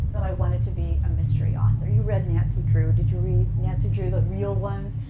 that i wanted to be a mystery author. you read nancy drew. did you read nancy drew, the real ones?